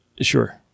Sure